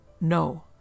no